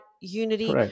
unity